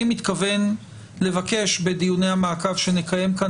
אני מתכוון לבקש בדיוני המעקב שנקיים כאן